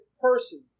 person